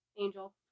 Angel